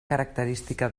característica